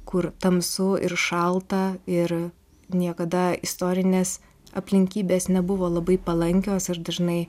kur tamsu ir šalta ir niekada istorinės aplinkybės nebuvo labai palankios ar dažnai